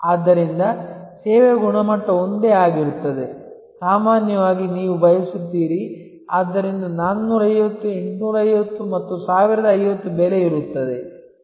ಆದ್ದರಿಂದ ಸೇವೆಯ ಗುಣಮಟ್ಟ ಒಂದೇ ಆಗಿರುತ್ತದೆ ಸಾಮಾನ್ಯವಾಗಿ ನೀವು ಬಯಸುತ್ತೀರಿ ಆದ್ದರಿಂದ 450 850 ಮತ್ತು 1050 ಬೆಲೆ ಇರುತ್ತದೆ